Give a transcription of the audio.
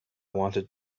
wanted